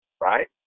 right